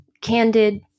Candid